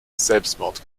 selbstmord